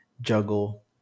juggle